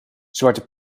zwarte